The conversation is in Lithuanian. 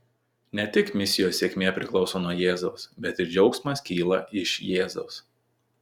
ne tik misijos sėkmė priklauso nuo jėzaus bet ir džiaugsmas kyla iš jėzaus